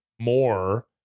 more